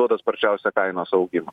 duoda sparčiausią kainos augimą